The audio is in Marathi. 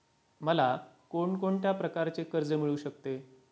मला कोण कोणत्या प्रकारचे कर्ज मिळू शकते?